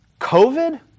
COVID